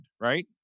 right